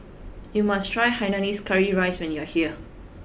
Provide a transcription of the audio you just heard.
you must try hainanese curry rice when you are here